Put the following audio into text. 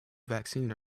vaccine